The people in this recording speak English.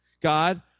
God